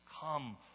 come